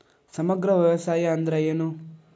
ಸಮಗ್ರ ವ್ಯವಸಾಯ ಅಂದ್ರ ಏನು?